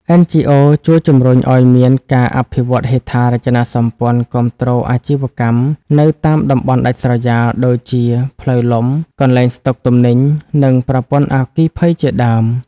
NGOs ជួយជំរុញឱ្យមានការអភិវឌ្ឍហេដ្ឋារចនាសម្ព័ន្ធគាំទ្រអាជីវកម្មនៅតាមតំបន់ដាច់ស្រយាល ដូចជាផ្លូវលំ កន្លែងស្តុកទំនិញ និងប្រព័ន្ធអគ្គិភ័យជាដើម។